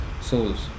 souls